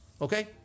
Okay